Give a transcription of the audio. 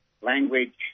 language